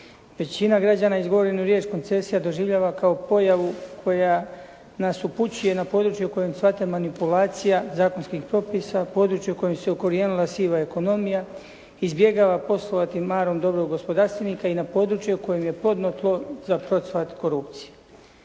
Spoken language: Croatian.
Većina građana izgovorenu riječ koncesija doživljava kao pojavu koja nas upućuje na područje u kojem sva ta manipulacija zakonskih propisa, područja u kojem se ukorijenila siva ekonomija izbjegava poslovati marom dobrog gospodarstvenika i na područje koje je plodno tlo za procvat korupcije.